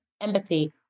empathy